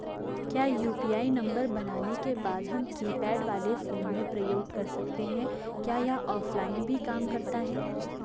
क्या UPI number बनाने के बाद हम कीपैड वाले फोन में प्रयोग कर सकते हैं क्या यह ऑफ़लाइन भी काम करता है?